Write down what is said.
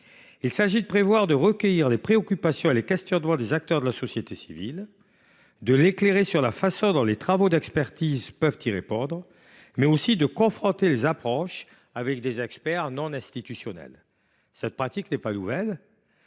Il s’agit de recueillir les préoccupations et les questionnements des acteurs de la société civile, d’éclairer cette dernière sur la façon dont les travaux d’expertise peuvent répondre à ses interrogations, mais aussi de confronter les approches avec des experts non institutionnels. Cette pratique n’est pas nouvelle